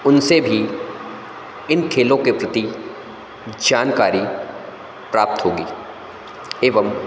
उनसे भी इन खेलों के प्रति जानकारी प्राप्त होगी एवं